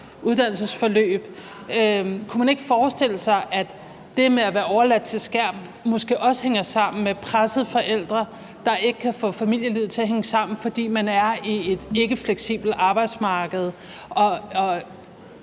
uddannelsesforløb. Kunne man ikke forestille sig, at det med at være overladt til skærmen måske også hænger sammen med pressede forældre, der ikke kan få familielivet til at hænge sammen, fordi man er i et ikkefleksibelt arbejdsmarked?